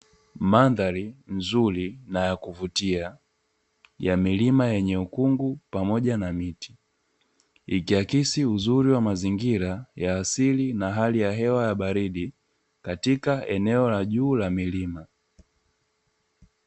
Mandhari nzuri na ya kuvutia ya milima yenye ukungu pamoja na miti, ikiakisi uzuri wa mazingira ya asili na hali ya hewa ya baridi, katika eneo la juu la milima.